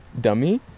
dummy